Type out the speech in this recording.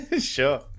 Sure